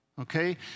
Okay